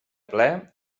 ple